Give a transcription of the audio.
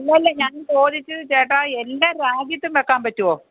അല്ല അല്ല ഞാൻ ചോദിച്ചത് ചേട്ടാ എല്ലാ രാജ്യത്തും വെക്കാൻ പറ്റുമോ